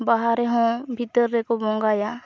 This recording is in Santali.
ᱵᱟᱦᱟ ᱨᱮᱦᱚᱸ ᱵᱷᱤᱛᱟᱹᱨ ᱨᱮᱠᱚ ᱵᱚᱸᱜᱟᱭᱟ